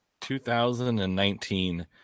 2019